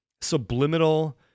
subliminal